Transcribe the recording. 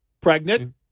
Pregnant